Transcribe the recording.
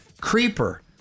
creeper